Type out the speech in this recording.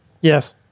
Yes